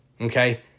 Okay